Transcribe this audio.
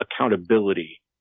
accountability